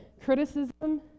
criticism